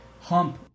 Hump